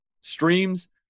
streams